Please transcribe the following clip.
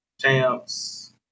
Champs